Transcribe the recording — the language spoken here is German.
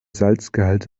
salzgehalt